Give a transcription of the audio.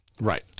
Right